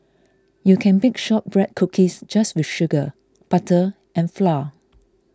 you can bake Shortbread Cookies just with sugar butter and flour